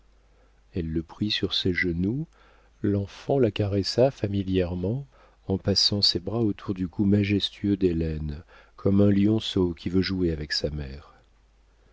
elle le prit sur ses genoux l'enfant la caressa familièrement en passant ses bras autour du cou majestueux d'hélène comme un lionceau qui veut jouer avec sa mère